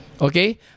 Okay